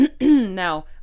Now